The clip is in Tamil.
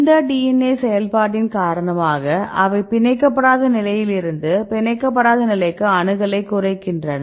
இந்த DNA செயல்பாட்டின் காரணமாக அவை பிணைக்கபடாத நிலையில் இருந்து பிணைக்கபடாத நிலைக்கு அணுகலைக் குறைக்கின்றன